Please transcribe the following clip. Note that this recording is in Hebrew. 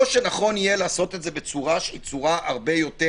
או שנכון יהיה לעשות את זה בצורה הרבה יותר